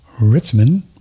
Ritzman